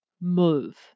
move